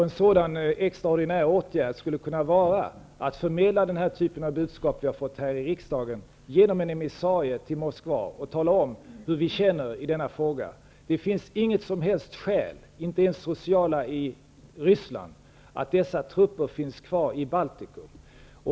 En sådan extraordinär åtgärd skulle kunna vara att förmedla den typ av budskap som vi har fått här i riksdagen, genom en emissarie som sänds till Moskva och som talar om hur vi känner i denna fråga. Det finns inga som helst skäl, inte ens sociala skäl i Ryssland, att dessa trupper finns kvar i Baltikum.